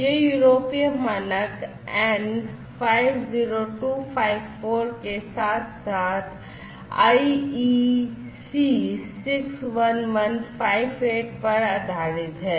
यह यूरोपीय मानक EN 50254 के साथ साथ IEC 61158 पर आधारित है